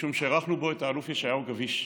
משום שאירחנו בו את האלוף ישעיהו גביש,